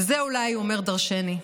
וזה אולי אומר דורשני.